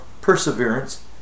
perseverance